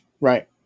Right